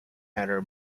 enter